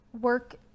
work